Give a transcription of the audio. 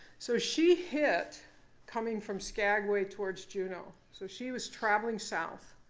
so she hit coming from skagway towards juneau. so she was traveling south.